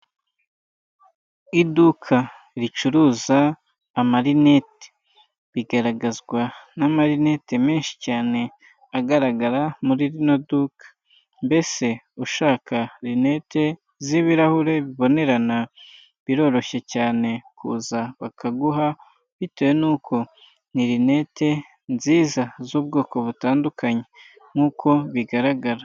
Iduka ricuruza amarinete. Bigaragazwa n'amarinete menshi cyane, agaragara muri rino duka. Mbese ushaka rinete z'ibirahure bibonerana, biroroshye cyane kuza bakaguha, bitewe n'uko ni rinete nziza z'ubwoko butandukanye, nk'uko bigaragara.